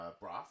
broth